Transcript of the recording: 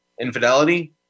infidelity